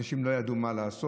אנשים לא ידעו מה לעשות.